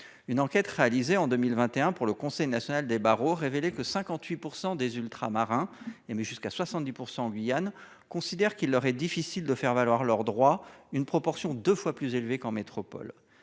Une enquête, réalisée en 2021 pour le Conseil national des barreaux, révélait que 58 % des Ultramarins- jusqu'à 70 % en Guyane -considèrent qu'il leur est difficile de faire valoir leurs droits, ce qui constitue une proportion deux fois plus élevée qu'en métropole.